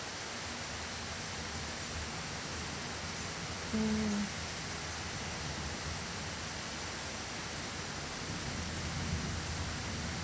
mm